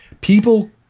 People